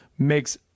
makes